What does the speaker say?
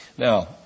Now